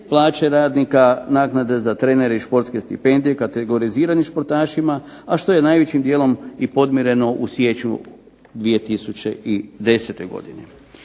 plaće radnika, naknade za trenere i športske stipendije, kategoriziranim športašima a što je najvećim dijelom podmireno u siječnju 2010. godine.